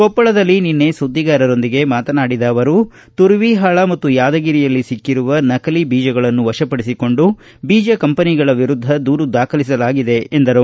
ಕೊಪ್ಪಳದಲ್ಲಿ ನಿನ್ನೆ ಸುದ್ದಿಗಾರರೊಂದಿಗೆ ಮಾತನಾಡಿದ ಅವರು ತುರವಿಹಾಳ ಮತ್ತು ಯಾದಗಿರಿಯಲ್ಲಿ ಸಿಕ್ಕಿರುವ ನಕಲಿ ಬೀಜಗಳನ್ನು ವಶಪಡಿಸಿಕೊಂಡು ಬೀಜ ಕಂಪನಿಗಳ ವಿರುದ್ದ ದೂರು ದಾಖಲಿಸಲಾಗಿದೆ ಎಂದರು